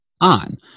on